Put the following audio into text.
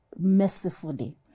mercifully